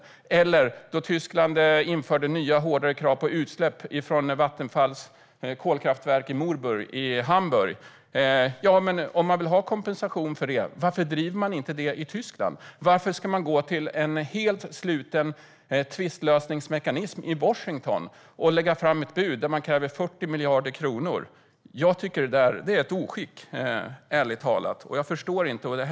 Jag tänker också på när Tyskland införde nya och hårdare krav på utsläpp från Vattenfalls kolkraftverk i Moorburg i Hamburg. Om man vill ha kompensation för det, varför driver man då inte detta i Tyskland? Varför ska man gå till en helt sluten tvistlösningsmekanism i Washington och lägga fram ett bud där man kräver 40 miljarder kronor? Jag tycker ärligt talat att det är ett oskick, och jag förstår det inte.